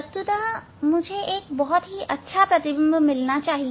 वस्तुतः मुझे एक बहुत ही अच्छा सुई का प्रतिबिंब मिलना चाहिए